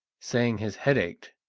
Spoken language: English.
saying his head ached,